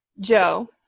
Joe